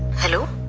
hello?